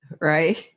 Right